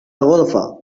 الغرفة